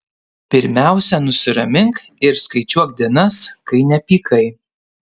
pirmiausia nusiramink ir skaičiuok dienas kai nepykai